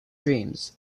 dreams